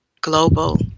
global